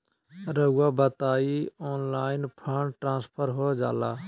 रहुआ बताइए online fund transfer हो जाला?